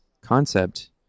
concept